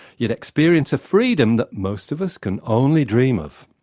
you'd experience a freedom that most of us can only dream of.